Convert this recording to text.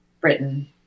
Britain